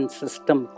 system